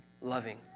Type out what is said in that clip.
loving